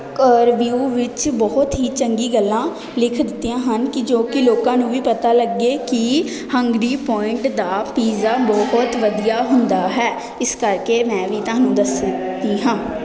review ਵਿੱਚ ਬਹੁਤ ਹੀ ਚੰਗੀ ਗੱਲਾਂ ਲਿਖ ਦਿੱਤੀਆਂ ਹਨ ਕਿ ਜੋ ਕਿ ਲੋਕਾਂ ਨੂੰ ਵੀ ਪਤਾ ਲੱਗੇ ਕਿ ਹੰਗਰੀ ਪੁਆਇੰਟ ਦਾ ਪੀਜ਼ਾ ਬਹੁਤ ਵਧੀਆ ਹੁੰਦਾ ਹੈ ਇਸ ਕਰਕੇ ਮੈਂ ਵੀ ਤੁਹਾਨੂੰ ਦੱਸਣ ਲੱਗੀ ਹਾਂ